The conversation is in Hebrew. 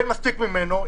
שאין מספיק ממנו,